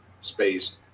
space